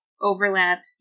overlap